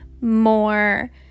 more